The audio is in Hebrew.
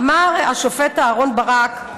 אמר השופט אהרן ברק: